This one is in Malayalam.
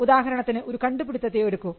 ഉദാഹരണത്തിന് ഒരു കണ്ടുപിടുത്തത്തെ എടുക്കൂ